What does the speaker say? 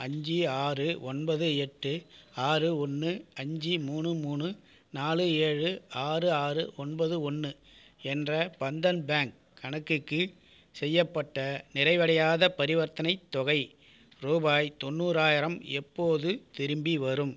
அஞ்சு ஆறு ஒன்பது எட்டு ஆறு ஒன்று அஞ்சு மூணு மூணு நாலு ஏழு ஆறு ஆறு ஒன்பது ஒன்று என்ற பந்தன் பேங்க் கணக்குக்கு செய்யப்பட்ட நிறைவடையாத பரிவர்த்தனைத் தொகை ரூபாய் தொண்ணூறாயிரம் எப்போது திரும்பி வரும்